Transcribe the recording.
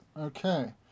okay